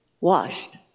washed